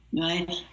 right